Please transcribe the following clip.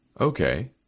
Okay